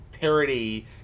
parody